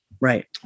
Right